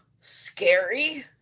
scary